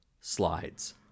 Slides